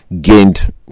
gained